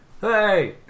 Hey